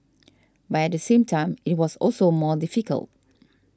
but at the same time it was also more difficult